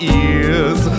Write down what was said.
ears